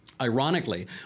Ironically